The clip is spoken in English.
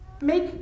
Make